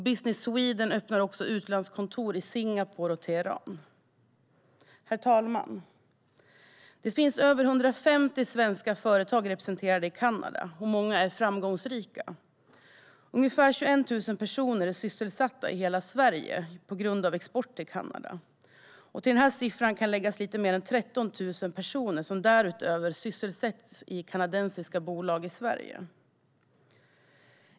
Business Sweden öppnar också utlandskontor i Singapore och Teheran. Herr talman! Det finns över 150 svenska företag representerade i Kanada, och många är framgångsrika. Ungefär 21 000 personer är sysselsatta i hela Sverige tack vare exporten till Kanada. Till denna siffra kan läggas lite fler än 13 000 personer som sysselsätts i kanadensiska bolag i Sverige.